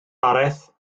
araith